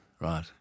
Right